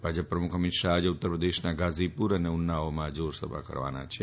ભાજપ પ્રમુખ અમીત શાફ આજે ઉત્તરપ્રદેશના ગાઝીપુર અને ઉન્નાઓમાં જારસભા યોજવાના છે